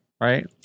right